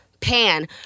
pan